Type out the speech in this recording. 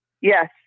Yes